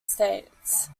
states